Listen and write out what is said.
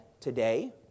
today